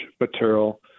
material